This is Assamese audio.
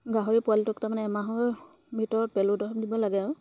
গাহৰি পোৱালিটোক তাৰমানে এমাহৰ ভিতৰত পেলু দৰৱ দিব লাগে আৰু